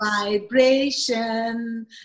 vibration